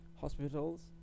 hospitals